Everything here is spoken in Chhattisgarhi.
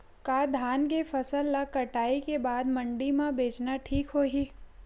का धान के फसल ल कटाई के बाद मंडी म बेचना ठीक होही?